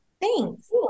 Thanks